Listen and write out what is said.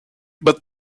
but